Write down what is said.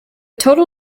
total